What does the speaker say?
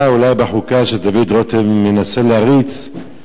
אולי בחוקה שדוד רותם מנסה להריץ,